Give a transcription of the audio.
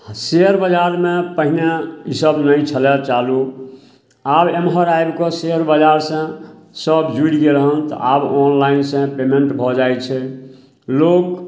share बजारमे पहिने ईसब नहि छ्लै चालू आब एम्हर आबिकऽ शेयर बजारसे सभ जुड़ि गेल हँ तऽ आब ऑनलाइन से पेमेन्ट भऽ जाइ छै लोक